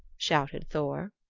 shouted thor.